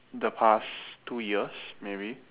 the past two years maybe